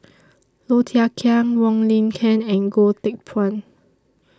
Low Thia Khiang Wong Lin Ken and Goh Teck Phuan